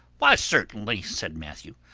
why certainly, said matthew.